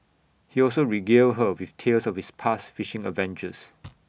he also regaled her with tales of his past fishing adventures